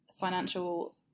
financial